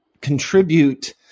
contribute